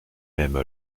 même